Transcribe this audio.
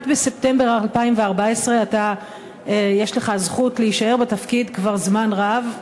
בספטמבר 2014. יש לך הזכות להישאר בתפקיד כבר זמן רב,